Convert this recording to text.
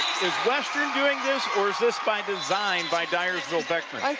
is western doing this or is this by design by dyersville beckman?